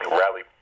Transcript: rally